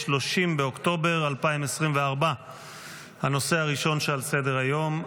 30 באוקטובר 2024. הנושא הראשון על סדר-היום,